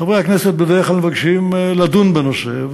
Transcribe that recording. חברי הכנסת בדרך כלל מבקשים לדון בנושא,